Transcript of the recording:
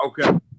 Okay